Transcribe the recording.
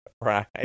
Right